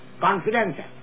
confidential